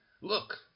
look